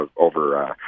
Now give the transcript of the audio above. over